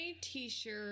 t-shirt